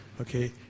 Okay